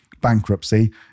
bankruptcy